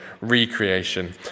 recreation